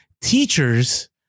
Teachers